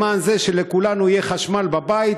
למען זה שלכולנו יהיה חשמל בבית,